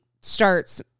starts